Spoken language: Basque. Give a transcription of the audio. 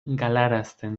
galarazten